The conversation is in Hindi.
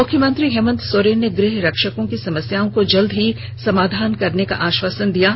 मुख्यमंत्री हेमंत सोरेन ने गृह रक्षकों की समस्याओं को जल्द ही समाधान करने का आश्वासन दिया है